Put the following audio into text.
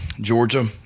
Georgia